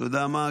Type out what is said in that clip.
אתה יודע מה?